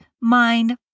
mind